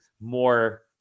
more